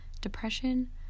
depression